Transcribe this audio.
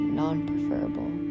non-preferable